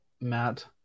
Matt